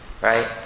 right